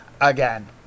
Again